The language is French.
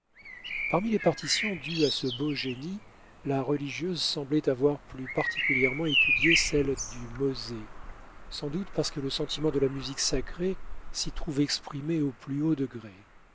parmi les partitions dues à ce beau génie la religieuse semblait avoir plus particulièrement étudié celle du mose sans doute parce que le sentiment de la musique sacrée s'y trouve exprimé au plus haut degré